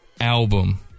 album